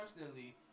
personally